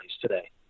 today